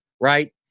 right